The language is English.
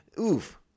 oof